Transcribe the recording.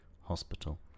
Hospital